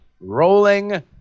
rolling